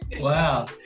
wow